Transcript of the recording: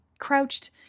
crouched